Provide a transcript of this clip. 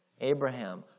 Abraham